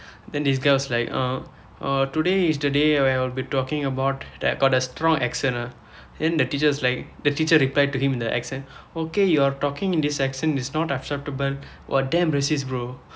then this guy was like uh uh today is the day I'll be talking about like got that strong accent ah and the teacher's like the teacher replied to him in the accent okay you're talking in this accent is not acceptable !wah! damn racist bro